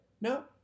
no